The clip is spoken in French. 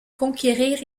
conquérir